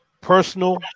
personal